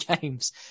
games